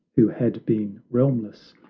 who had been realmless.